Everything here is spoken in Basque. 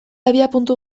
abiapuntu